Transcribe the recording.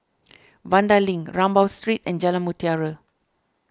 Vanda Link Rambau Street and Jalan Mutiara